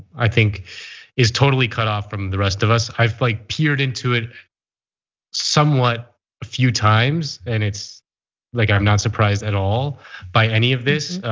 i think is totally cut off from the rest of us. i've like peered into it somewhat a few times, and it's like i'm not surprised at all by any of this.